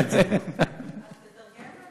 / ראיתי את ההרים המתנשאים בוואדי השדוף.